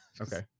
Okay